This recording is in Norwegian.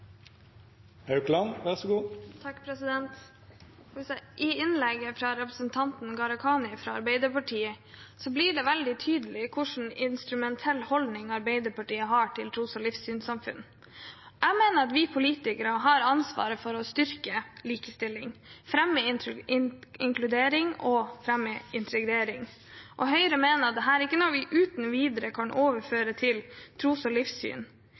I innlegget fra representanten Gharahkhani fra Arbeiderpartiet blir det veldig tydelig hvilken instrumentell holdning Arbeiderpartiet har til tros- og livssynssamfunn. Jeg mener at vi politikere har ansvar for å styrke likestilling, fremme inkludering og fremme integrering, og Høyre mener at dette ikke er noe vi uten videre kan overføre til tros- og